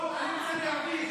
לא, אני רוצה להבין.